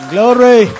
Glory